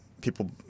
people